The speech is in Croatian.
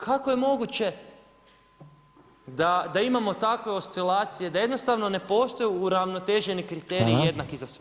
Kako je moguće da imamo takve oscilacije, da jednostavno ne postoji uravnoteženi kriterij jednaki za sve?